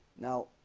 now